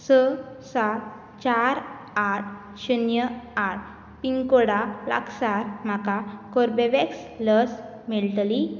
स सात चार आठ शुन्य आठ पिनकोडा लागसार म्हाका कोर्बेवॅक्स लस मेळटली